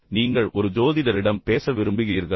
நீங்கள் ஒரு ஜோதிடரிடம் பேச விரும்புகிறீர்களா